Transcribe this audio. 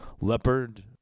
leopard